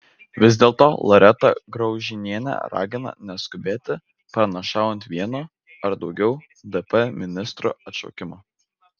vis dėlto loreta graužinienė ragina neskubėti pranašaujant vieno ar daugiau dp ministrų atšaukimą